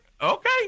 Okay